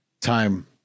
time